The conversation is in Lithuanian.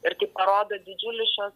ir kaip parodo didžiulis šios